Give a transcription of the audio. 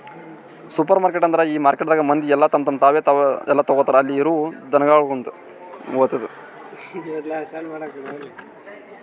supermarket ಅಂದುರ್ ಈ ಮಾರ್ಕೆಟದಾಗ್ ಮಂದಿ ಎಲ್ಲಾ ತಮ್ ತಾವೇ ಎಲ್ಲಾ ತೋಗತಾರ್ ಅಲ್ಲಿ ಇರವು ದುಕಾನಗೊಳ್ದಾಂದು